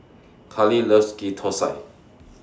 Karlee loves Ghee Thosai